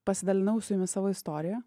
pasidalinau su jumis savo istorija